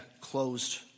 closed